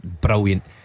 Brilliant